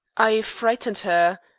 i frightened her.